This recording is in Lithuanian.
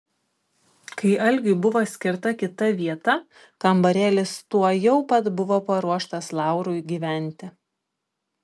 kai algiui buvo skirta kita vieta kambarėlis tuojau pat buvo paruoštas laurui gyventi